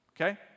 okay